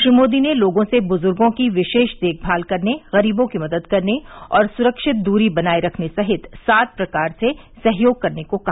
श्री मोदी ने लोगों से बुज़र्गों की विशेष देखभाल करने गरीबों की मदद करने और सुरक्षित दूरी बनाये रखने सहित सात प्रकार से सहयोग करने को कहा